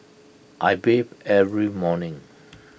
I bathe every morning